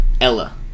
Ella